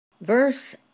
Verse